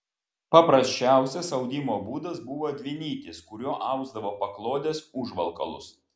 paprasčiausias audimo būdas buvo dvinytis kuriuo ausdavo paklodes užvalkalus